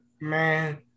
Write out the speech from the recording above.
Man